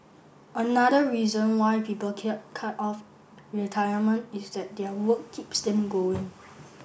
another reason why people cut off retirement is that their work keeps them going